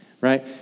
Right